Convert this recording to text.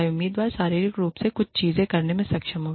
चाहे उम्मीदवार शारीरिक रूप से कुछ चीजें करने में सक्षम हो